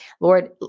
Lord